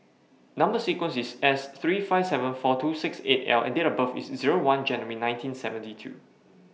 Number sequence IS S three five seven four two six eight L and Date of birth IS one January nineteen seventy two